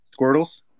Squirtles